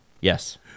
Yes